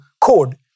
code